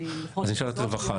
אשאל את רווחה.